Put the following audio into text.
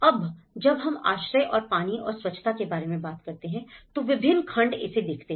अब जब हम आश्रय और पानी और स्वच्छता के बारे में बात करते हैं तो विभिन्न खंड इसे देखते हैं